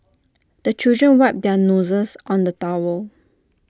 the children wipe their noses on the towel